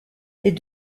les